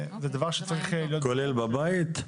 כולל בבית?